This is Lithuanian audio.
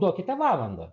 duokite valandą